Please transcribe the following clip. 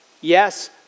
Yes